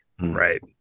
right